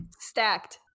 Stacked